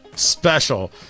special